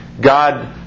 God